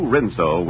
Rinso